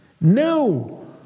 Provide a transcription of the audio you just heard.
no